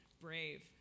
Brave